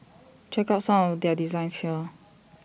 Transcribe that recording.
check out some of their designs here